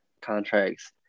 contracts